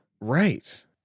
Right